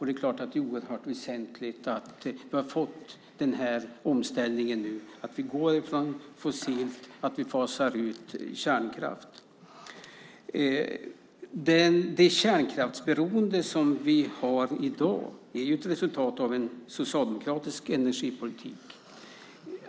Det är klart att det är oerhört väsentligt att vi nu har fått den här omställningen och får se att vi fasar ut kärnkraft. Det kärnkraftsberoende vi har i dag är ett resultat av en socialdemokratisk energipolitik.